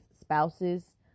spouses